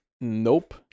Nope